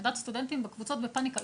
אני יודעת שסטודנטים בקבוצות בפאניקה.